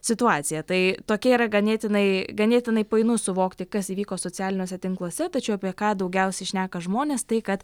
situacija tai tokia yra ganėtinai ganėtinai painu suvokti kas įvyko socialiniuose tinkluose tačiau apie ką daugiausiai šneka žmonės tai kad